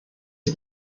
des